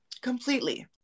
completely